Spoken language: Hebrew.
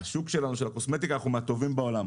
השוק שלנו של הקוסמטיקה, אנחנו מהטובים בעולם.